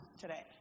today